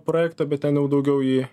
projektą bet ten jau daugiau į